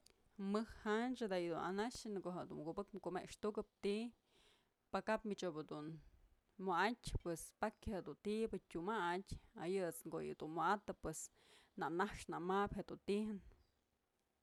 Mëj janchë da'a yëdun anaxë në ko'o jedun kubëk kumextukëp ti'i pakap mich ob jedun wa'atyë pues pajya du'u ti'ibë tyumatyë ayët's ko'o yë dun wa'atëp pues na'a nax na mabyë je'e dun ti'ijën.